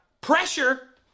pressure